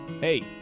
Hey